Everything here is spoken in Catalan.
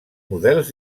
models